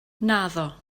naddo